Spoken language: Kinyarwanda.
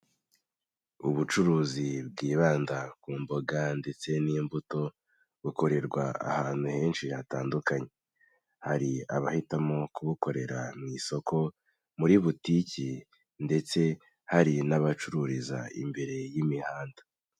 Ubucuruzi bwibanda ku mboga ndetse n'imbuto bukorerwa ahantu henshi hatandukanye, hari abahitamo kubukorera mu isoko muri butiki ndetse hari n'abacururiza imbere y'imihanda.